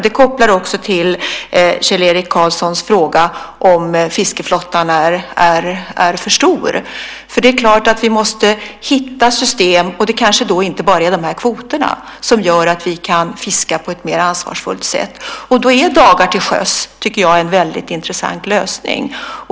Det kopplar också till Kjell-Erik Karlssons fråga om fiskeflottan är för stor. Vi måste hitta system, inte kanske bara kvoter, som gör att vi kan fiska på ett mer ansvarsfullt sätt. Då är dagar till sjöss en väldigt intressant lösning.